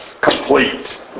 Complete